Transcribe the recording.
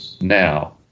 now